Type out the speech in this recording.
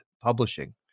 Publishing